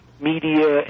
media